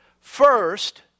First